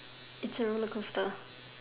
it's a rollercoaster